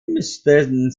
müssten